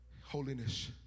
Holiness